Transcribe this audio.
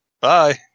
Bye